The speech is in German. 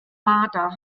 marder